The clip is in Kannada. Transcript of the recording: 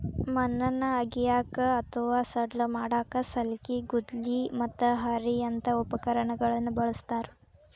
ಮಣ್ಣನ್ನ ಅಗಿಯಾಕ ಅತ್ವಾ ಸಡ್ಲ ಮಾಡಾಕ ಸಲ್ಕಿ, ಗುದ್ಲಿ, ಮತ್ತ ಹಾರಿಯಂತ ಉಪಕರಣಗಳನ್ನ ಬಳಸ್ತಾರ